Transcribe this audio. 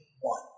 one